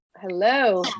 hello